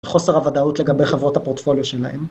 חוסר הוודאות לגבי חברות הפרוטפוליו שלהם.